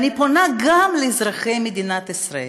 ואני פונה גם לאזרחי מדינת ישראל: